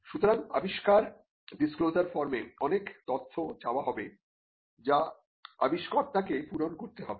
সুতরাং আবিষ্কার ডিসক্লোজার ফর্মে অনেক তথ্য চাওয়া হবে যা আবিষ্কর্তা কে পূরণ করতে হবে